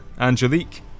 Angelique